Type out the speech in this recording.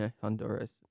Honduras